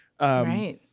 Right